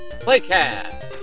Playcast